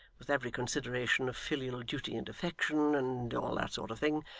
with every consideration of filial duty and affection, and all that sort of thing,